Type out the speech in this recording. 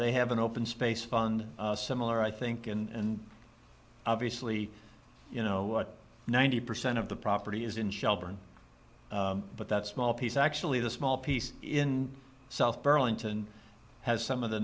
they have an open space fund similar i think and obviously you know what ninety percent of the property is in shelburne but that small piece actually the small piece in south burlington has some of the